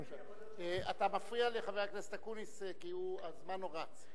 אתה מפריע לחבר הכנסת אקוניס, כי הזמן רץ.